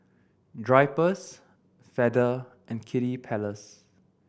Drypers Feather and Kiddy Palace